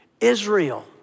Israel